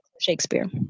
shakespeare